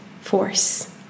force